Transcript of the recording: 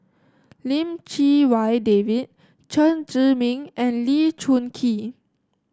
Lim Chee Wai David Chen Zhiming and Lee Choon Kee